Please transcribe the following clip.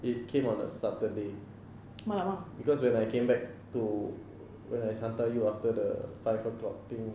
it came on a saturday because when I came back to when I hantar you after the five o'clock thing